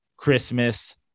Christmas